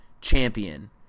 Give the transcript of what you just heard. champion